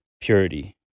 purity